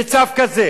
בצו כזה?